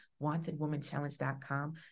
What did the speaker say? wantedwomanchallenge.com